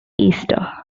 easter